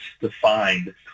defined